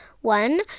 one